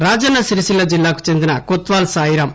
అతనే రాజన్స సిరిసిల్ల జిల్లాకు చెందిన కోత్వాల్ సాయిరాం